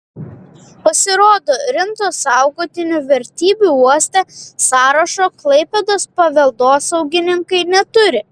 pasirodo rimto saugotinų vertybių uoste sąrašo klaipėdos paveldosaugininkai neturi